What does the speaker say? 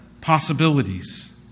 possibilities